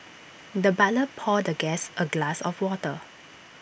the butler poured the guest A glass of water